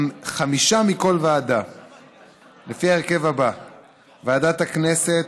ליושב-ראש ועדת הכנסת.